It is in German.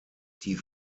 die